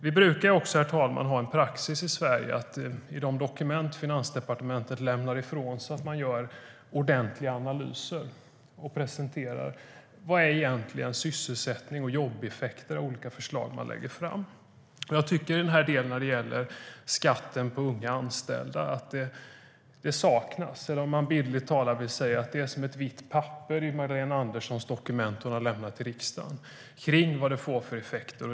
Vi brukar, herr talman, ha en praxis i Sverige att i de dokument som Finansdepartementet lämnar ifrån sig gör man ordentliga analyser och presenterar vad som är sysselsättnings och jobbeffekter av olika förslag som man lägger fram. När det gäller skatten på unga anställda tycker jag att det saknas. Man kan bildligt säga att Magdalena Anderssons dokument som hon har lämnat till riksdagen är som ett vitt papper kring vilka effekter det får.